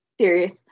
Serious